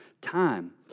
time